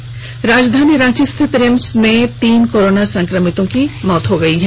आज राजधानी रांची स्थित रिम्स में तीन कोरोना संक्रमितों की मौत हो गई है